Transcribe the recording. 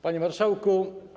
Panie Marszałku!